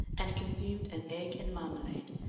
and consumed an egg and marmalade,